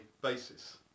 basis